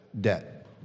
debt